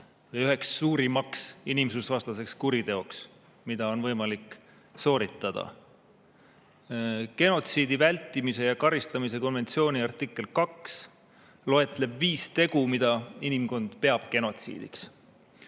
üheks suurimaks inimsusvastaseks kuriteoks, mida on võimalik sooritada. Genotsiidi vältimise ja karistamise konventsiooni artikkel 2 loetleb viis tegu, mida inimkond peab genotsiidiks.